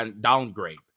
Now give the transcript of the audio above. downgrade